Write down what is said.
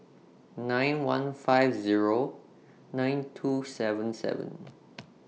nine one five Zero nine two seven seven